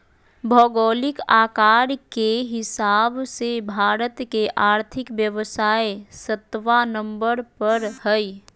भौगोलिक आकार के हिसाब से भारत के और्थिक व्यवस्था सत्बा नंबर पर हइ